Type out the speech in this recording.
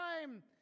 time